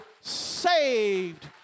saved